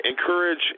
encourage